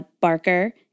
Barker